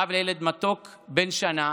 אב לילד מתוק בן שנה,